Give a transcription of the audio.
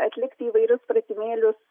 atlikti įvairius pratimėlius